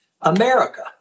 America